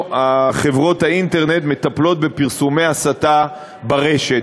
חברות האינטרנט מטפלות בפרסומי הסתה ברשת.